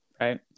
right